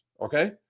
okay